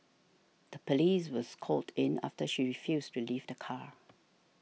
the police was called in after she refused to leave the car